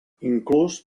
inclús